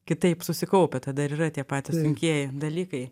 kitaip susikaupia tada ir yra tie patys sunkieji dalykai